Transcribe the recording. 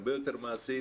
הרבה יותר מעשית.